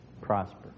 prosper